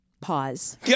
pause